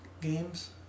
games